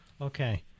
Okay